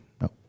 No